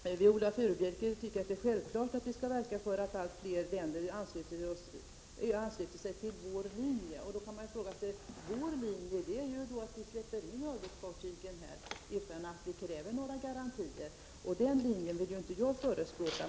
Herr talman! Viola Furubjelke tycker att det är självklart att vi skall verka för att allt fler länder ansluter sig till vår linje. Då kan man ställa sig frågande. Vår linje är ju att vi släpper in örlogsfartyg utan att kräva några garantier. Den linjen vill inte jag förespråka.